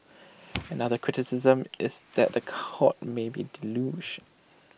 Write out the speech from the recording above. another criticism is that the courts might be deluged